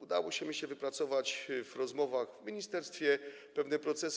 udało się, myślę, wypracować w rozmowach w ministerstwie pewne procesy.